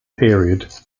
period